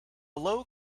low